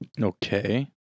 Okay